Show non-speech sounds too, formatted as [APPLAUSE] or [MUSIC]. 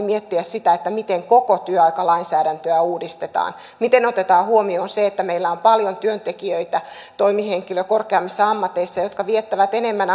[UNINTELLIGIBLE] miettiä sitä miten koko työaikalainsäädäntöä uudistetaan miten otetaan huomioon se että meillä on paljon toimihenkilöinä ja sitä korkeammissa ammateissa työntekijöitä jotka viettävät enemmän [UNINTELLIGIBLE]